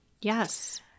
Yes